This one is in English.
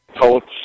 totes